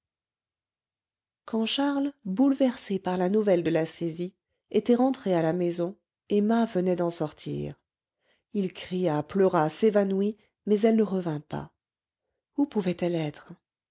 quand charles bouleversé par la nouvelle de la saisie était rentré à la maison emma venait d'en sortir il cria pleura s'évanouit mais elle ne revint pas où pouvait-elle être